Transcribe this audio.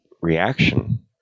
reaction